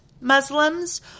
Muslims